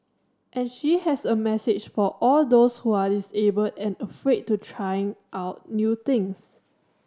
and she has a message for all those who are disabled and afraid to trying out new things